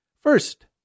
First